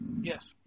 Yes